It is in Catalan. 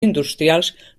industrials